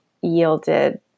yielded